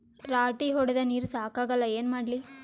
ರಾಟಿ ಹೊಡದ ನೀರ ಸಾಕಾಗಲ್ಲ ಏನ ಮಾಡ್ಲಿ?